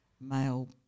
male